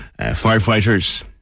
firefighters